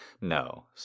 No